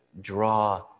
Draw